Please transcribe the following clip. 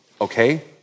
okay